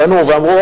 פנו ואמרו,